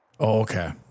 Okay